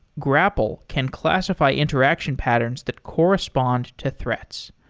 grapl can classify interaction patterns that correspond to threats.